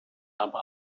aber